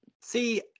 See